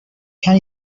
can